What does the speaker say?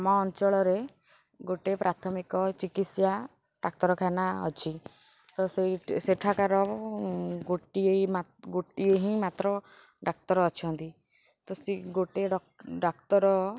ଆମ ଅଞ୍ଚଳରେ ଗୋଟେ ପ୍ରାଥମିକ ଚିକିତ୍ସା ଡାକ୍ତରଖାନା ଅଛି ତ ସେଇ ସେଠାକାର ଗୋଟିଏ ଗୋଟିଏ ହିଁ ମାତ୍ର ଡାକ୍ତର ଅଛନ୍ତି ତ ଗୋଟେ ଡାକ୍ତର